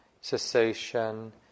cessation